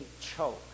choke